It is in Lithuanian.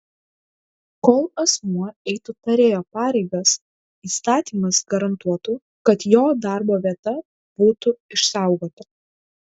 kol asmuo eitų tarėjo pareigas įstatymas garantuotų kad jo darbo vieta būtų išsaugota